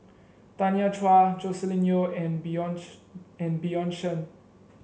Tanya Chua Joscelin Yeo and Bjorn and Bjorn Shen